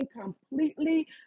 completely